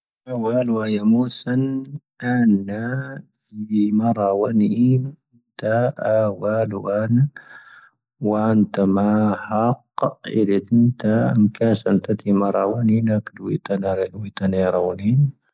ʻʻⴰⵡāⵍⵓ ⵡⴰ ⵢⴰⵎoⵙⴰⵏ ⴰⵏⵏⴰ ⵢⵉ ⵎⴰⵔⴰⵡⴰⵏⵉ ʻⵉⵎ ⵜⴰ'ⴰⵡāⵍⵓ ⴰⵏ. ⵡⴰ ⴰⵏⵜⴰ ⵎⴰ'ⴰ ⵀⴰⵇⵇ ʻⵉⵔⵉⵜ ʻⵉⵎ ⵜⴰ'ⴰⵎ ⵇⴰⵙⴰⵏ ⵜⴰⵜⵉ ⵎⴰⵔⴰⵡⴰⵏⵉ ʻⵏⴰⵇⵍⵡⵉⵜ ⴰⵏⴰⵔⵉⵍⵡⵉⵜ ⴰⵏⴻ ⵔⴰⵡⴰⵏⵉ ʻⵉⵎ ⵜⴰ'ⴰⵡāⵍⵓ ⴰⵏ.